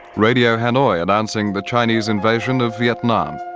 radio hanoi announcing the chinese invasion of vietnam.